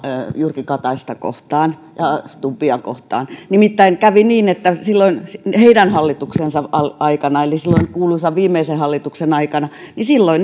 jyrki kataista kohtaan ja stubbia kohtaan nimittäin kävi niin että silloin heidän hallituksensa aikana eli silloin kuuluisan viimeisen hallituksen aikana